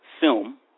film